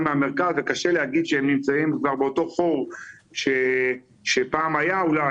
מהמרכז וקשה להגיד שהם נמצאים כבר אותו חור שפעם היה אולי,